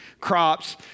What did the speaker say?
crops